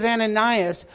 Ananias